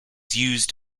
used